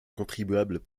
contribuables